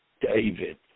David